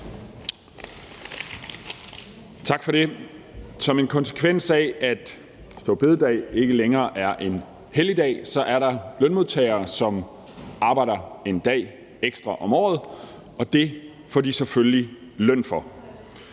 Tak for det. Som en konsekvens af, at store bededag ikke længere er en helligdag, er der lønmodtagere, som arbejder en dag ekstra om året, og det får de selvfølgelig løn for.